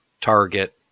target